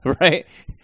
Right